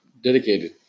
dedicated